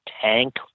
tank